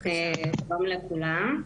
שלום לכולם.